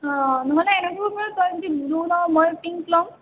অঁ নহ'লে এনে কৰিব পাৰ তই যদি ব্লুু লৱ মই পিংক ল'ম